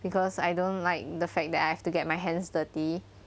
because I don't like the fact that I have to get my hands dirty